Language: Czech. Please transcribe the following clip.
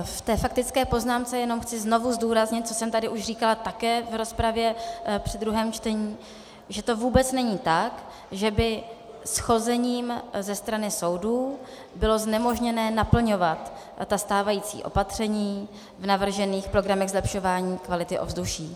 Ve faktické poznámce jenom chci znovu zdůraznit, co jsem tady už říkala také v rozpravě při druhém čtení, že to vůbec není tak, že by shozením ze strany soudů bylo znemožněno naplňovat stávající opatření v navržených programech zlepšování kvality ovzduší.